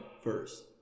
first